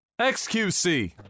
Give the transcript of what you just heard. XQC